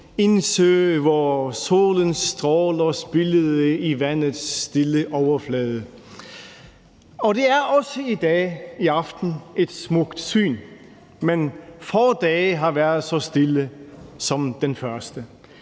indsø, hvor solens stråler spillede i vandets stille overflade. Og det er også i aften et smukt syn. Men få dage har været så stille som dengang.